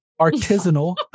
Artisanal